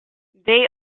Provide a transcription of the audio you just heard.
they